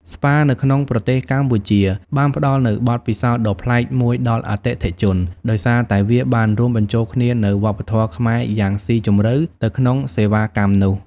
ស្ប៉ានៅក្នុងប្រទេសកម្ពុជាបានផ្តល់នូវបទពិសោធន៍ដ៏ប្លែកមួយដល់អតិថិជន ដោយសារតែវាបានរួមបញ្ចូលគ្នានូវវប្បធម៌ខ្មែរយ៉ាងស៊ីជម្រៅ ទៅក្នុងសេវាកម្មនោះ។